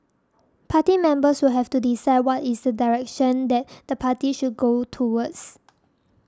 party members will have to decide what is the direction that the party should go towards